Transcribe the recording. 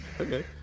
Okay